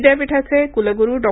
विद्यापीठाचे क्लगुरू डॉ